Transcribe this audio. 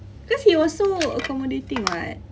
because he was so accommodating [what]